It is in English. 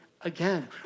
again